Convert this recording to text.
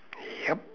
yup